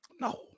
No